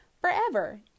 forever